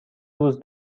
روز